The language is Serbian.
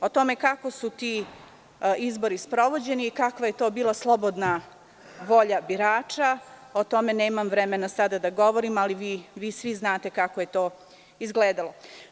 O tome kako su ti izbori sprovođeni, kakva je to bila slobodna volja birača, o tome nemam vremena sada da govorim, ali vi svi znate kako je to izgledalo.